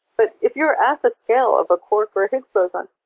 but if you're at the scale of a quark or higgs boson,